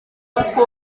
uko